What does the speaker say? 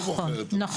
זאת אומרת, הוא לא בוחר.